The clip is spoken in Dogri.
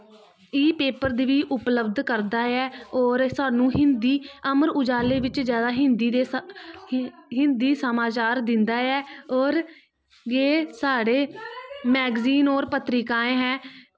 एह् पेपर गी बी उपल्बध करदा ऐ और स्हानू हिन्दी अमर उज़ाला दे बिच्च हिन्दी समाचार दिंदा ऐ और एह् साढ़ी मैगज़ीन और पत्रिकाएं ऐं